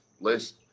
list